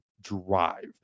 drive